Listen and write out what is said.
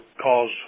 cause